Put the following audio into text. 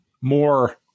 more